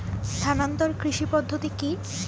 স্থানান্তর কৃষি পদ্ধতি কি?